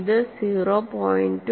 ഇത് 0 0